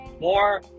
More